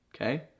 Okay